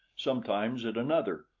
sometimes at another,